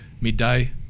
midday